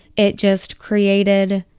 it just created